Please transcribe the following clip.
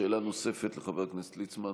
שאלה נוספת לחבר הכנסת ליצמן,